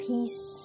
Peace